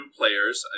players